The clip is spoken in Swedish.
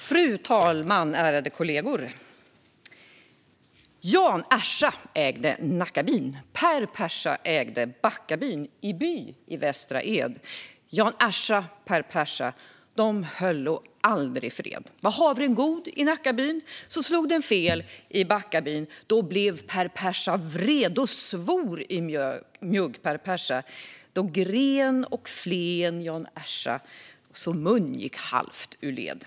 Fru talman! Ärade kollegor! Jan Ersa ägde Nackabyn, Per Persa ägde Backabyni By i Västra Ed.Jan Ersa, Per Persa, de höllo aldrig fred. Var havren god i Nackabyn, så slog den fel i Backabyn.Då blev Per Persa vred, då svor i mjugg Per Persa, då gren och flen Jan Ersa, så mun gick halvt ur led.